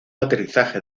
aterrizaje